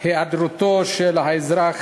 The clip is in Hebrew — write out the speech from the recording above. היעדרותו של האזרח